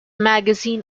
magazine